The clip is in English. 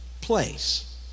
place